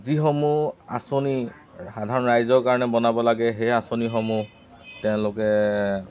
যিসমূহ আঁচনি সাধাৰণ ৰাইজৰ কাৰণে বনাব লাগে সেই আঁচনিসমূহ তেওঁলোকে